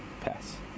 Pass